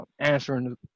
answering